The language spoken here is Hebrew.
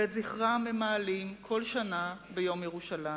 ואת זכרם הם מעלים בכל שנה ביום ירושלים.